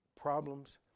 problems